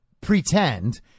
pretend